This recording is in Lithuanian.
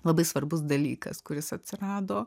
labai svarbus dalykas kuris atsirado